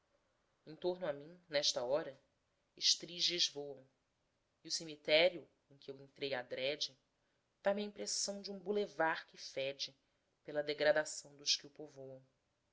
em torno a mim nesta hora estriges voam e o cemitério em que eu entrei adrede dá-me a impressão de um boulevard que fede pela degradação dos que o povoam